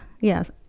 yes